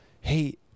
Hey